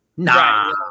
Nah